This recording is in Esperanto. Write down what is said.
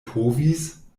povis